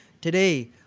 Today